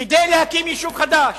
כדי להקים יישוב חדש.